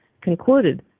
concluded